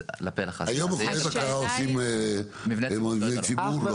--- היום מכוני בקרה עושים מבני ציבור?